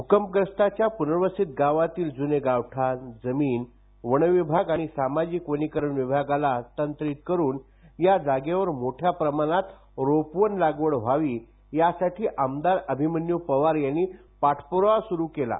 भूकंपग्रस्तांच्या पूनर्वसित गावातली जूने गावठाण जमीन वनविभाग आणि सामाजिक वनीकरण विभागाला हस्तांतरित करुन या जागेवर मोठ्या प्रमाणात रोपवन लागवड व्हावी यासाठी आमदार अभिमन्यू पवार यांनी पाठपूरावा सुरू केला आहे